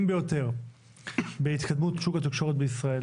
ביותר בהתקדמות שוק התקשורת בישראל.